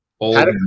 Old